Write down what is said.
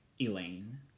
Elaine